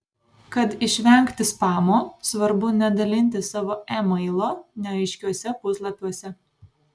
kad išvengti spamo svarbu nedalinti savo emailo neaiškiuose puslapiuose